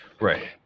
Right